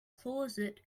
closet